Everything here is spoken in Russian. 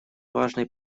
важный